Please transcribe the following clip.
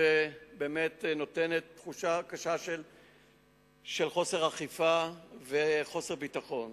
ונותנת תחושה קשה של חוסר אכיפה וחוסר ביטחון.